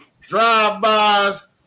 drive-bys